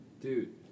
dude